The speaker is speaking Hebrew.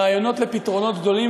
רעיונות לפתרונות גדולים,